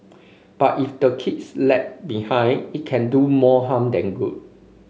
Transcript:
but if the kids lag behind it can do more harm than good